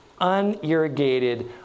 unirrigated